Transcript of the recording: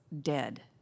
dead